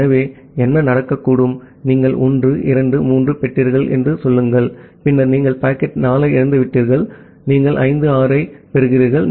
ஆகவே என்ன நடக்கக்கூடும் நீங்கள் 1 2 3 பெற்றுள்ளீர்கள் என்று சொல்லுங்கள் பின்னர் நீங்கள் பாக்கெட் 4 ஐ இழந்துவிட்டீர்கள் நீங்கள் 5 6 7 ஐப் பெறுகிறீர்கள்